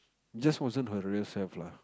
just wasn't her real self lah